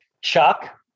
Chuck